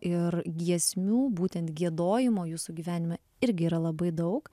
ir giesmių būtent giedojimo jūsų gyvenime irgi yra labai daug